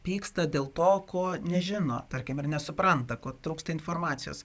pyksta dėl to ko nežino tarkim ar nesupranta ko trūksta informacijos